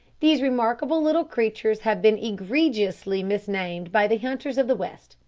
these remarkable little creatures have been egregiously misnamed by the hunters of the west,